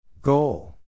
Goal